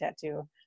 Tattoo